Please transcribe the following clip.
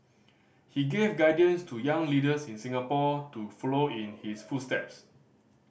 he gave guidance to young leaders in Singapore to follow in his footsteps